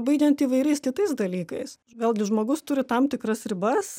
baigiant įvairiais kitais dalykais vėlgi žmogus turi tam tikras ribas